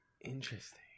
Interesting